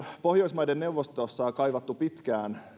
pohjoismaiden neuvostossa kaivanneet pitkään